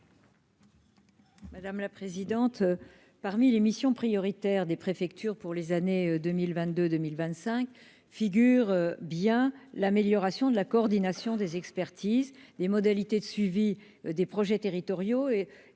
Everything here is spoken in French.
Madame la présidente, parmi les missions prioritaires des préfectures pour les années 2022 2025 figure bien l'amélioration de la coordination des expertises, des modalités de suivi des projets territoriaux et